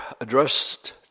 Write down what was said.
addressed